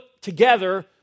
together